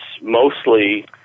mostly